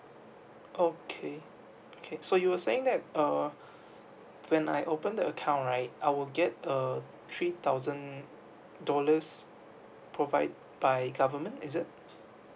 okay okay so you were saying that uh when I open the account right I will get uh three thousand dollars provide by government is it